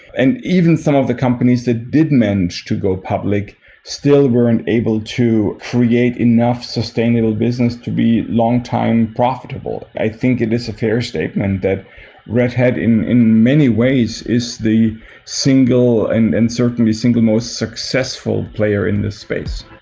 and even some of the companies that did manage to go public still weren't able to create enough sustainable business to be longtime profitable. i think it is a fair statement that red hat in in many ways is the single and and certainly single most successful player in this space.